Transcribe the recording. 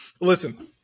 listen